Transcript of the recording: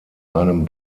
einem